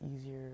easier